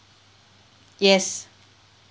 yes